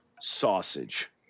sausage